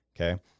Okay